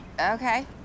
okay